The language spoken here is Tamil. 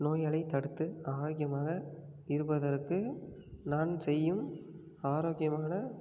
நோய்களைத் தடுத்து ஆரோக்கியமாக இருப்பதற்கு நான் செய்யும் ஆரோக்கியமான